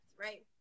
right